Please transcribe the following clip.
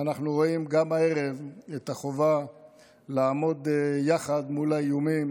ואנחנו רואים גם הערב את החובה לעמוד יחד מול האיומים